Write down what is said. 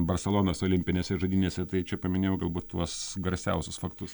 barselonos olimpinėse žaidynėse tai čia paminėjau galbūt tuos garsiausius faktus